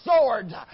sword